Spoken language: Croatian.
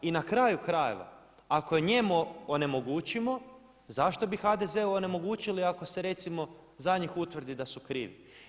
I na kraju krajeva ako njemu onemogućimo zašto bi HDZ-u onemogućili ako se recimo za njih utvrdi da su krivi.